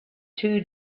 two